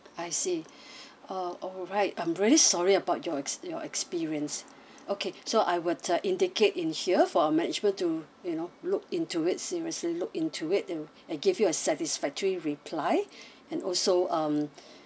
I see uh alright I'm really sorry about your ex~ your experience okay so I would uh indicate in here for our management to you know look into it seriously look into it and give you a satisfactory reply and also um